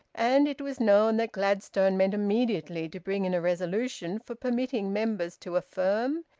and it was known that gladstone meant immediately to bring in a resolution for permitting members to affirm,